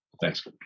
Thanks